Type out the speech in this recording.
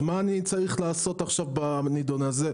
אז מה אני צריך לעשות עכשיו בנידון הזה?